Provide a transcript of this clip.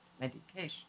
medication